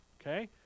Okay